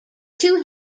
two